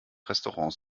restaurants